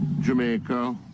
Jamaica